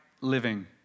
living